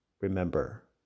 remember